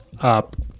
up